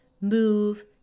Move